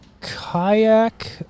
kayak